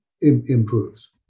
improves